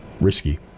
risky